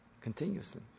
continuously